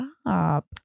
stop